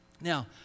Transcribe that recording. Now